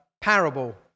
parable